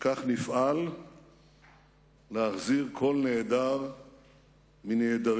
וכך נפעל להחזיר כל נעדר מנעדרינו.